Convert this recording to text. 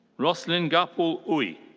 rocelyn gapul uy.